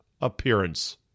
appearance